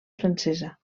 francesa